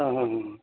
অ অ অ